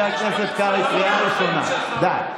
אין בעיה?